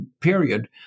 period